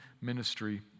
ministry